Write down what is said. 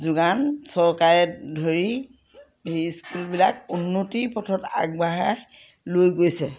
যোগান চৰকাৰে ধৰি স্কুলবিলাক উন্নতিৰ পথত আগবঢ়াই লৈ গৈছে